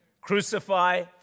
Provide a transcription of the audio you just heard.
Crucify